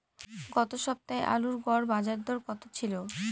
গত সপ্তাহে আলুর গড় বাজারদর কত ছিল?